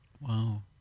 Wow